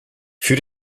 für